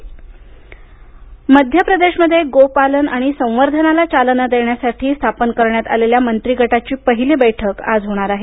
मध्यप्रदेश मध्यप्रदेशमध्ये गो पालन आणि संवर्धनाला चालना देण्यासाठी स्थापन करण्यात आलेल्या मंत्री गटाची पहिली बैठक आज होणार आहे